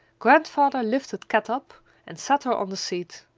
grandfather lifted kat up and set her on the seat.